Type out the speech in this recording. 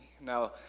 Now